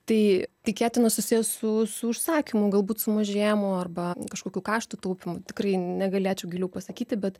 tai tikėtina susiję su su užsakymų galbūt sumažėjimu arba kažkokių kaštų taupymu tikrai negalėčiau giliau pasakyti bet